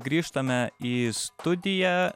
grįžtame į studiją